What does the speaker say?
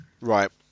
Right